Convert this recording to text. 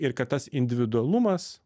ir kad tas individualumas